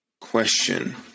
question